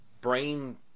brain